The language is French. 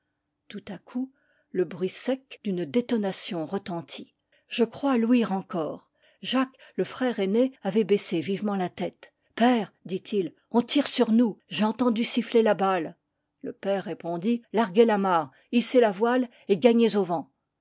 tout à coup le bruit sec d'une détonation retentit je crois l'ouïr encore jacques le frère aîné avait baissé vivement la tête père dit-il on tire sur nous j'ai entendu siffler la balle le père répondit larguez l'amarre hissez la voile et gagnez au vent